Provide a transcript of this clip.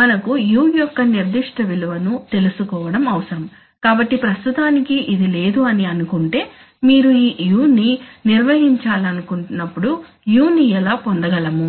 మనకు u యొక్క నిర్దిష్ట విలువ ను తెలుసుకోవడం అవసరం కాబట్టి ప్రస్తుతానికి ఇది లేదు అని అనుకుంటే మీరు ఈ u ని నిర్వహించాలనుకున్నప్పుడు u ని ఎలా పొందగలము